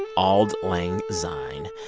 auld lang syne.